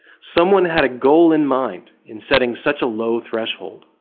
someone had a goal in mind in setting such a low threshold.